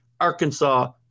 Arkansas